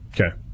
Okay